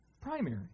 Primary